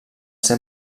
ser